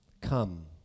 come